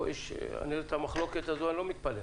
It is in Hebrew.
אני לא מתפלא על המחלוקת הזאת.